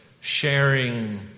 sharing